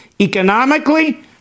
economically